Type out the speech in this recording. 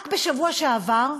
רק בשבוע שעבר,